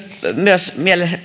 myös